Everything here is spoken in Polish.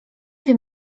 wiem